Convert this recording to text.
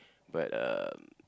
but um